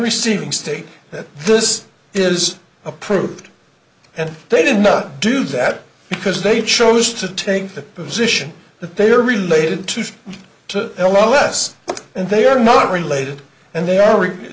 receiving state that this is approved and they did not do that because they chose to take the position that they are related to to l l s and they are not related and they are required